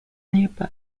nearby